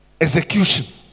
execution